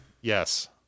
Yes